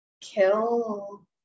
kill